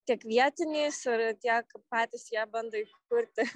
tiek vietiniais ir tiek patys jie bando įkurti